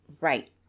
Right